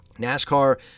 NASCAR